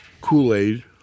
Kool-Aid